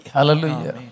Hallelujah